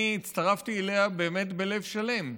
אני הצטרפתי אליה באמת בלב שלם.